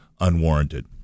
unwarranted